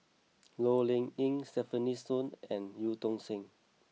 Low Yen Ling Stefanie Sun and Eu Tong Sen